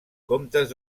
comptes